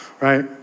right